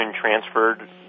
transferred